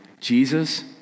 Jesus